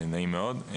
נעים מאוד.